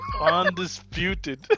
undisputed